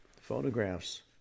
photographs